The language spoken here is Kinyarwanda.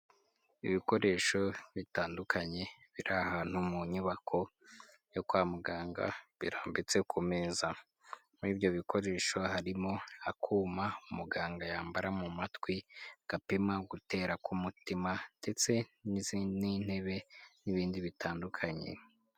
Ibikoresho bitandukanye biri ahantu mu nyubako yo kwa muganga, birambitse ku meza, muri ibyo bikoresho harimo akuma muganga yambara mu matwi gapima gutera k'umutima ndetse n'izindi ntebe n'ibindi bitandukanye.